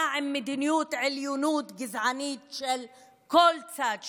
עם מדיניות עליונות גזענית של כל צד שהוא.